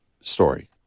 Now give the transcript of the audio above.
story